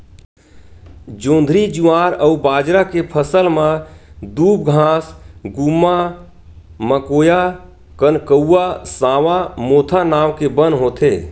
जोंधरी, जुवार अउ बाजरा के फसल म दूबघास, गुम्मा, मकोया, कनकउवा, सावां, मोथा नांव के बन होथे